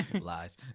Lies